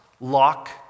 lock